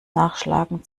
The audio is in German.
nachschlagen